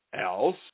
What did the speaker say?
Else